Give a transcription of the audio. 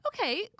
Okay